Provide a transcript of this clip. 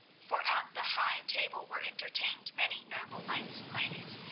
for at the high table were entertained many noble knights and ladies,